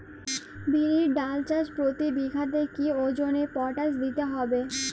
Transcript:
বিরির ডাল চাষ প্রতি বিঘাতে কি ওজনে পটাশ দিতে হবে?